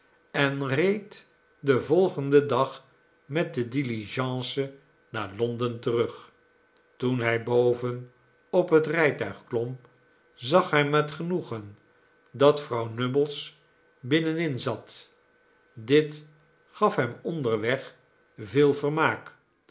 en reed den volgenden dag met de diligence naar londen terug toen hij boven op het rijtuig klom zag hij met genoegen dat vrouw nubbles binnenin zat dit gaf hem onderweg veel vermaak